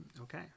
okay